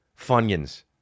Funyuns